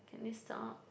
can they stop